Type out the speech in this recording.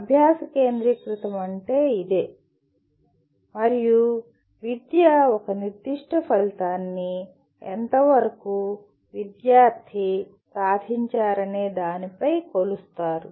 అభ్యాస కేంద్రీకృతం అంటే ఇదే మరియు విద్య ఒక నిర్దిష్ట ఫలితాన్ని విద్యార్థి ఎంతవరకు సాధించారనే దానిపై కొలుస్తారు